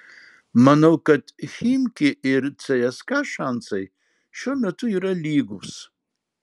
manau kad chimki ir cska šansai šiuo metu yra lygūs